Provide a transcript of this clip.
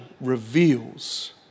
reveals